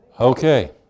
Okay